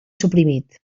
suprimit